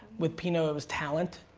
with pino it was talent,